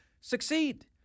succeed